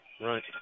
right